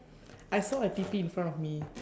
I saw a T_P in front of me